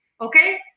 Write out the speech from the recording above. Okay